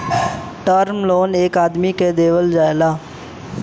term loan एक आदमी के देवल जाला